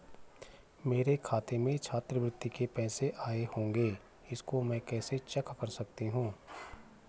मेरे खाते में छात्रवृत्ति के पैसे आए होंगे इसको मैं कैसे चेक कर सकती हूँ?